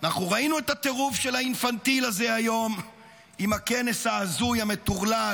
אנחנו ראינו את הטירוף של האינפנטיל הזה היום עם הכנס ההזוי המטורלל,